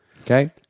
Okay